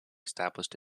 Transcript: established